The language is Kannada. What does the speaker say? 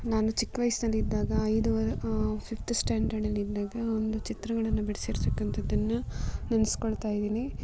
ನಾನು ಚಿಕ್ವಯಸ್ನಲ್ಲಿದ್ದಾಗ ಐದು ಫಿಫ್ತ್ ಸ್ಟ್ಯಾಂಡರ್ಡಲ್ಲಿದ್ದಾಗ ಒಂದು ಚಿತ್ರಗಳನ್ನು ಬಿಡಿಸಿರ್ತಕಂಥದನ್ನು ನೆನಸ್ಕೊಳ್ತ ಇದ್ದೀನಿ